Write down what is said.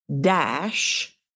dash